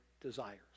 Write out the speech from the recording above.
desires